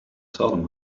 salem